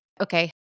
Okay